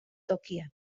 tokian